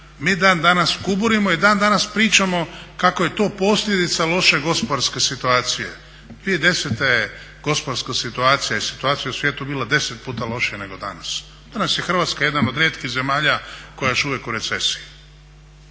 mi dan danas kuburimo i dan danas pričamo kako je to posljedica loše gospodarske situacije. 2010. gospodarska situacija i situacija u svijetu je bila 10 puta lošija nego danas. Danas je Hrvatska jedna od rijetkih zemalja koja je još uvijek u recesiji.